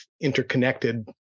interconnected